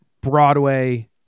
Broadway